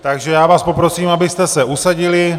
Takže já vás poprosím, abyste se usadili.